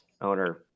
owner